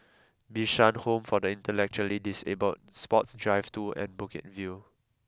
Bishan Home for the Intellectually Disabled Sports Drive two and Bukit View